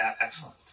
excellent